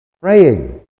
Praying